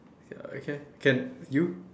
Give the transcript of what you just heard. ya okay can you